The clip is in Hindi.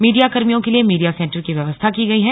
मीडिया कर्मियों के लिए मीडिया सेंटर की व्यवस्था की गई है